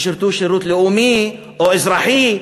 ושירתו שירות לאומי או אזרחי,